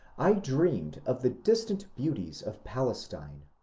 i dreamed of the distant beauties of palestine,